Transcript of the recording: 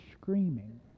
screaming